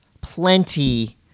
plenty